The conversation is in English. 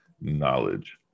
knowledge